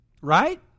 Right